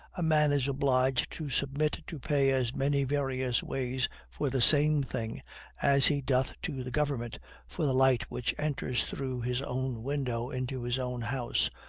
a man is obliged to submit to pay as many various ways for the same thing as he doth to the government for the light which enters through his own window into his own house,